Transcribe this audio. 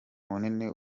munini